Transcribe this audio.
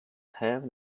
have